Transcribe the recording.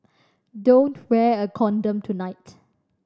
don't wear a condom tonight